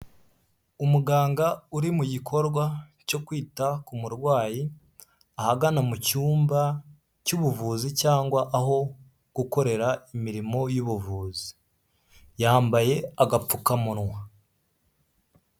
Umuganga uri mu gikorwa cyo kwita ku murwayi ahagana mu cyumba cy'ubuvuzi cyangwa aho gukorera imirimo y'ubuvuzi yambaye agapfukamunwa.